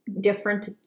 different